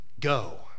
go